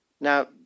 Now